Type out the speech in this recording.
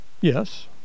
Yes